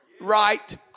Right